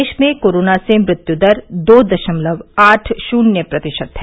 देश में कोरोना से मृत्यु दर दो दशमलव आठ शून्य प्रतिशत है